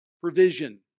provision